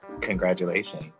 Congratulations